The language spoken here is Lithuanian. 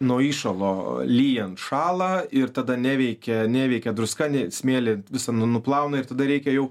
nuo įšalo lyjant šąla ir tada neveikia neveikia druska nieks smėlį visą nuplauna ir tada reikia jau